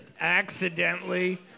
accidentally